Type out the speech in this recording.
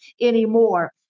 anymore